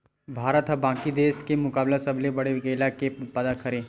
भारत हा बाकि देस के मुकाबला सबले बड़े केला के उत्पादक हरे